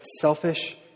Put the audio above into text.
selfish